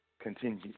continue